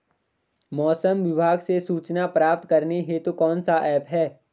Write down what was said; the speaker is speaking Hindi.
मौसम विभाग से सूचना प्राप्त करने हेतु कौन सा ऐप है?